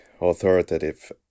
authoritative